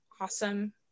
awesome